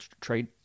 trade